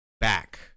back